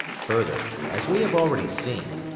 further, as we have already seen,